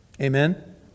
Amen